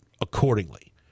accordingly